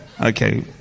Okay